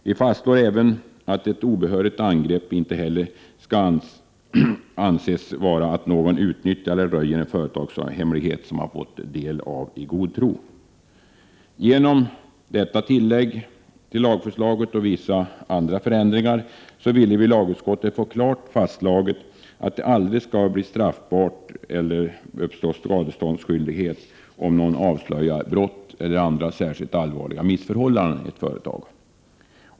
Vi fastslår även att det inte skall anses vara ett obehörigt angrepp att någon utnyttjar eller röjer en företagshemlighet som han eller någon före honom fått del av i god tro. Genom detta tillägg till lagförslaget och vissa andra förändringar ville vi i lagutskottet att det klart skulle framgå att det aldrig skall bli fråga om straff eller skadeståndsskyldighet, om någon avslöjar brott eller andra särskilt allvarliga missförhållanden inom ett företag.